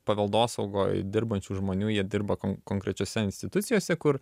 paveldosaugoj dirbančių žmonių jie dirba konkrečiose institucijose kur